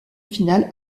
finale